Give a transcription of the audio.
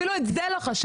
אפילו את זה לא חשבתם.